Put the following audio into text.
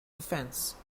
defense